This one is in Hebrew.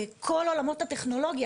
כל עולמות הטכנולוגיה,